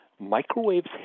microwaves